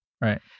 right